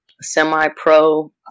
semi-pro